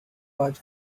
was